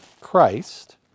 Christ